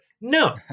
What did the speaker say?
No